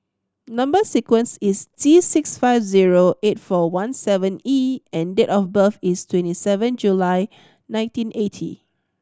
number sequence is T six five zero eight four one seven E and date of birth is twenty seven July nineteen eighty